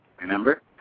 Remember